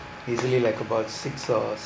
easily like about six or